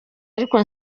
ariko